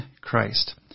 Christ